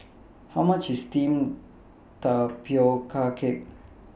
How much IS Steamed Tapioca Cake